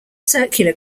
circular